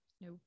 No